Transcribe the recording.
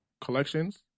collections